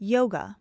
Yoga